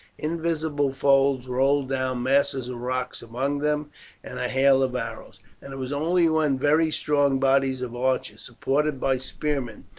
invisible foes rolled down masses of rock among them and a hail of arrows, and it was only when very strong bodies of archers, supported by spearmen,